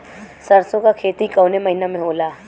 सरसों का खेती कवने महीना में होला?